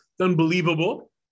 unbelievable